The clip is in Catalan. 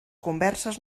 converses